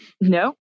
No